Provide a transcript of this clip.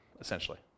essentially